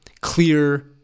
clear